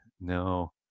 No